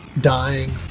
dying